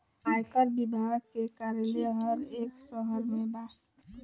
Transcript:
आयकर विभाग के कार्यालय हर एक शहर में बा